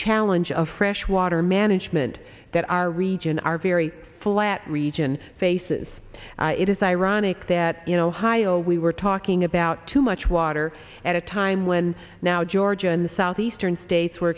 challenge of fresh water management that our region are very flat region faces it is ironic that you know heigho we were talking about too much water at a time when now georgia and the southeastern states were